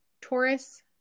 Taurus